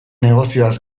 negozioaz